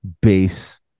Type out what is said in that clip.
base